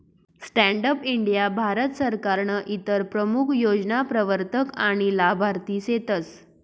stand up India Bharat सरकारनं इतर प्रमूख योजना प्रवरतक आनी लाभार्थी सेतस